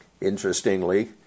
interestingly